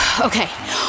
Okay